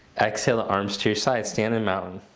exhale the arms to your sides, stand in mountain.